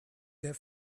their